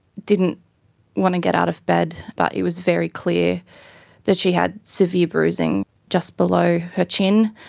didn't want to get out of bed, but it was very clear that she had severe bruising just below her chin,